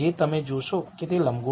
જે તમે જોશો તે લંબગોળ છે